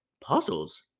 Puzzles